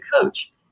coach